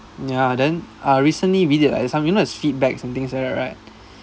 ya then ah recently we did like some you know there's feedbacks and things like that right